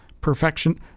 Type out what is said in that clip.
perfection